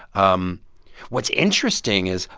um what's interesting is,